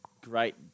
Great